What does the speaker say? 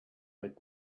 would